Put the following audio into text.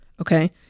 okay